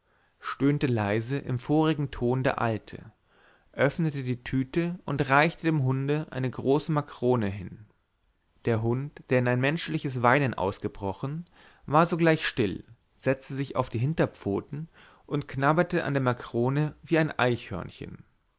stöhnte leise im vorigen ton der alte öffnete die tüte und reichte dem hunde eine große makrone hin der hund der in ein menschliches weinen ausgebrochen war sogleich still setzte sich auf die hinterpfoten und knapperte an der makrone wie ein